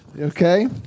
Okay